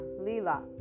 Lila